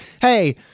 hey